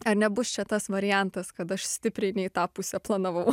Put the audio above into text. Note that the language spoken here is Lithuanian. ar nebus čia tas variantas kad aš stipriai ne į tą pusę planavau